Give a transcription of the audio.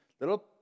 little